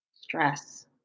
stress